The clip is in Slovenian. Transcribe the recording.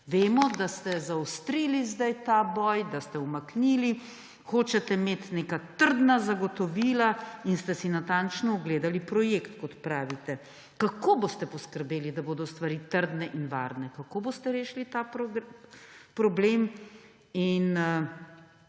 Vemo, da ste zaostrili sedaj ta boj, da ste umaknili, hočete imeti neka trdna zagotovila in ste si natančno ogledali projekt, kot pravite. Kako boste poskrbeli, da bodo stvari trdne in varne? Kako boste rešili ta problem?